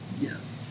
Yes